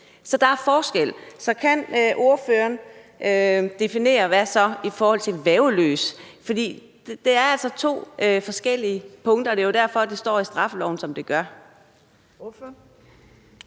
Så der er forskel. Så kan ordføreren definere, hvordan det så er i forhold til værgeløse? For det er altså to forskellige punkter, og det er jo derfor, det står i straffeloven, som det gør. Kl.